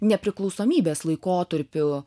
nepriklausomybės laikotarpiu